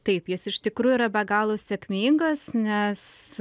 taip jis iš tikrųjų yra be galo sėkmingas nes